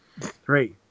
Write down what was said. Three